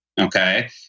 okay